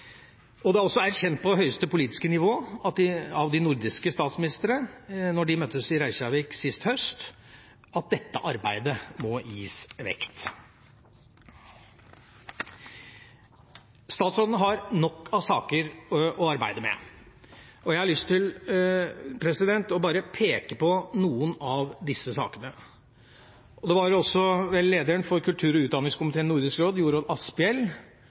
Det er også erkjent på det høyeste politiske nivå – av de nordiske statsministre da de møttes i Reykjavik sist høst – at dette arbeidet må vektlegges. Statsråden har nok av saker å arbeide med. Jeg har lyst til å peke på noen av disse sakene. Det var vel lederen for kultur- og utdanningskomiteen i Nordisk råd, Jorodd Asphjell,